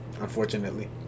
Unfortunately